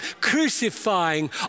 crucifying